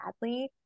badly